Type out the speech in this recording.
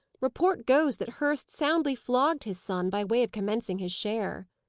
report goes, that hurst soundly flogged his son, by way of commencing his share.